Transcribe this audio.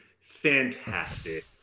fantastic